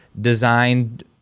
Designed